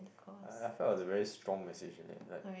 uh I felt the very strong message in it like that like